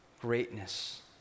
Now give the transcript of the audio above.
greatness